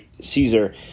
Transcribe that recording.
Caesar